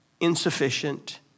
insufficient